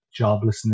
joblessness